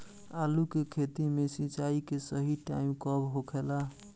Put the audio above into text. आलू के खेती मे सिंचाई के सही टाइम कब होखे ला?